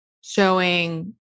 showing